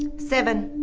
seven.